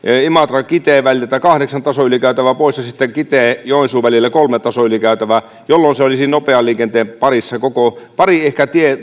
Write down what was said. imatra kitee väliltä kahdeksan tasoylikäytävää pois ja sitten kitee joensuu väliltä kolme tasoylikäytävää jolloin se olisi nopean liikenteen parissa koko rata ehkä pari